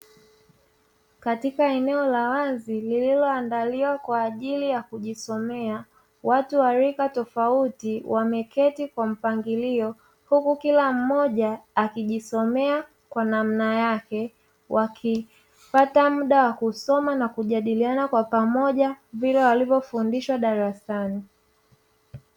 Katika eneo la wazi lililoandaliwa kwa ajili ya kujisomea, watu wa rika tofauti wameketi kwa mpangilio huku kila mmoja akijisomea kwa namna yake, wakipata muda wa kusoma na kujadiliana kwa pamoja vile walivyofundishwa darasani.